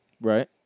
Right